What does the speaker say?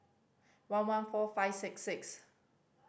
one one fourt five six six